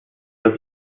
das